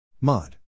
Mod